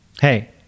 Hey